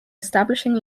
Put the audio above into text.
establishing